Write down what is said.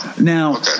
Now